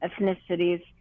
ethnicities